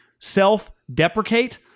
self-deprecate